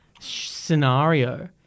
scenario